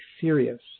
serious